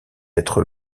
être